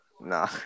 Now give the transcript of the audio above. Nah